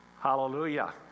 Hallelujah